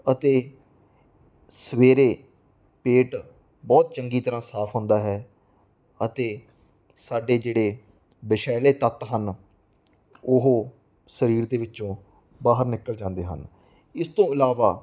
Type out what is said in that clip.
ਅਤੇ ਸਵੇਰੇ ਪੇਟ ਬਹੁਤ ਚੰਗੀ ਤਰ੍ਹਾਂ ਸਾਫ਼ ਹੁੰਦਾ ਹੈ ਅਤੇ ਸਾਡੇ ਜਿਹੜੇ ਦੁਸ਼ੈਲੇ ਤੱਤ ਹਨ ਉਹ ਸਰੀਰ ਦੇ ਵਿੱਚੋਂ ਬਾਹਰ ਨਿਕਲ ਜਾਂਦੇ ਹਨ ਇਸ ਤੋਂ ਇਲਾਵਾ